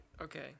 okay